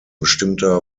bestimmter